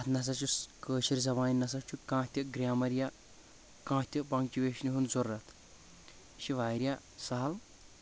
اتھ نہ سا چھُ کٲشِر زبانہِ نہ سا چھُ کانٛہہ تہِ گرامر یا کانٛہہ تہِ پنٛکچویشن ہُنٛد ضروٗرت یہِ چھِ واریاہ سہل